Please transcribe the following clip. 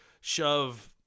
shove